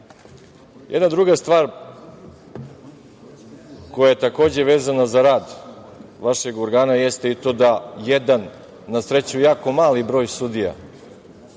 žive. Jedna druga stvar koja je takođe vezana za rad vašeg organa jeste i to da jedan na sreću jako mali broj sudija